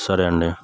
సరే అండి